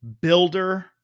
builder